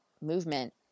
movement